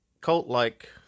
cult-like